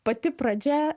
pati pradžia